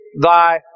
thy